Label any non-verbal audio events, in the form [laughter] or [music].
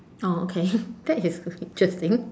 oh okay [laughs] that is interesting